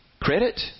Credit